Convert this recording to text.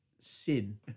sin